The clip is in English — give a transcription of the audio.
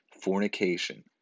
fornication